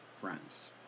friends